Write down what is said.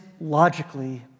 logically